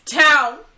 town